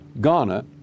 Ghana